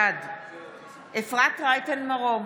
בעד אפרת רייטן מרום,